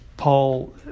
Paul